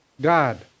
God